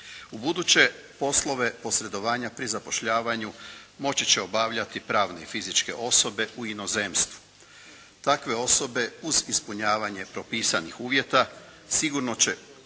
Ubuduće poslove posredovanja pri zapošljavanju moći će obavljati pravne i fizičke osobe u inozemstvu. Takve osobe uz ispunjavanje propisanih uvjeta sigurno će